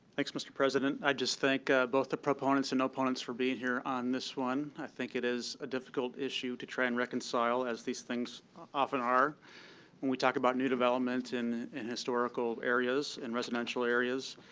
thanks, mr. president. i just thank both the proponents and opponents for being here on this one. i think it is a difficult issue to try and reconcile as these things often are when we talk about new development in in historical areas, in residential areas.